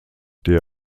der